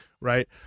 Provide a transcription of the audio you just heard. right